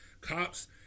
Cops